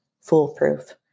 foolproof